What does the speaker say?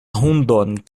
hundon